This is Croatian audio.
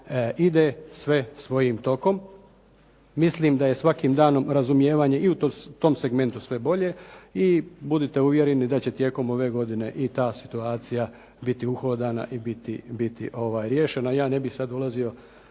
ide sve svojim tokom. Mislim da je svakim danom razumijevanje i u tom segmentu sve bolje. I budite uvjereni da će tijekom ove godine i ta situacija biti uhodana i biti riješena. Ja ne bih sada ulazio